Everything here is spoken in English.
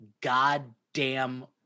goddamn